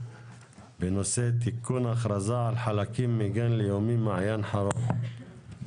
בנושא תיקון הכרזה על חלקים מגן לאומי מעין חרוד.